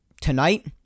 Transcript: tonight